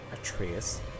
Atreus